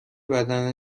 بدن